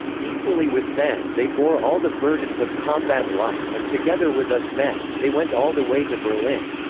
equally with men they bore all the burdens of combat life and together with us men, they went all the way to berlin.